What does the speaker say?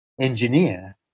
engineer